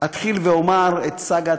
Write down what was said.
אתחיל ואומר את סאגת